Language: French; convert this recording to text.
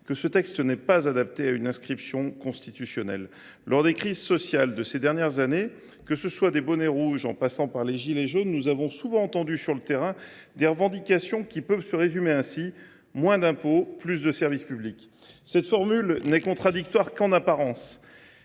que celui ci n’est pas adapté à une entrée dans notre loi fondamentale. Lors des crises sociales de ces dernières années, des « bonnets rouges » aux « gilets jaunes », nous avons souvent entendu sur le terrain des revendications qui peuvent se résumer ainsi : moins d’impôts, plus de services publics ! Cette formule n’est contradictoire qu’en apparence